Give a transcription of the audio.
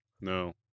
No